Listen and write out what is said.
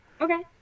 Okay